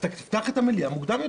אז נפתח את המליאה מוקדם יותר.